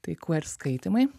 tai kver skaitymai